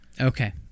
Okay